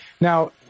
now